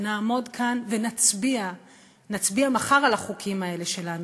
ונעמוד כאן ונצביע מחר על החוקים האלה שלנו.